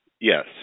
Yes